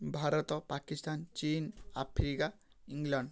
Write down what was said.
ଭାରତ ପାକିସ୍ତାନ୍ ଚୀନ୍ Africa England